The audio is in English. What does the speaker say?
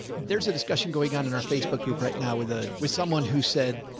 there's a discussion going on in our facebook group right now with, ah, with someone who said,